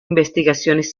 investigaciones